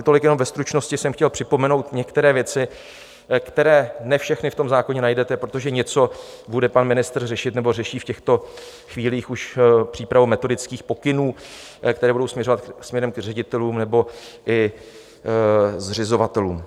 Tolik jenom ve stručnosti jsem chtěl připomenout některé věci, které ne všechny v tom zákoně najdete, protože něco bude pan ministr řešit nebo řeší v těchto chvílích už přípravou metodických pokynů, které budou směřovat k ředitelům nebo i zřizovatelům.